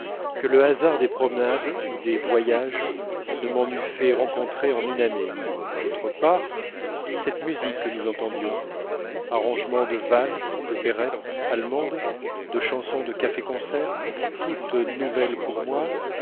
que le hasard des promenades ne m'en eût fait rencontrer en une année d'autre part cette musique que nous entendions arrangements de valses d'opérettes allemandes de chansons de cafés concerts toutes nouvelles pour moi